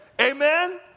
Amen